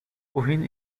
wohin